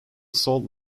salt